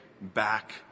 back